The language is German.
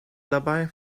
dabei